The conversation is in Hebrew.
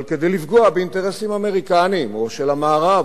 אבל כדי לפגוע באינטרסים אמריקניים או של המערב.